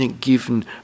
given